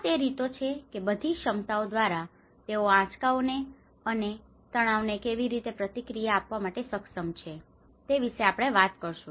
તેથી આ તે રીતો છે કે બધી ક્ષમતાઓ દ્વારા તેઓ આંચકાઓને અને તણાવને કેવી રીતે પ્રતિક્રિયા આપવા માટે સક્ષમ છે તે વિશે આપણે વાત કરીશું